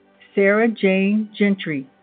sara jayne gentry